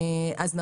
אז,